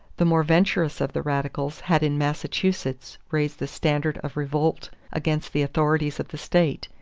the more venturous of the radicals had in massachusetts raised the standard of revolt against the authorities of the state.